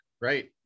Right